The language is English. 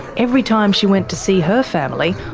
every time she went to see her family,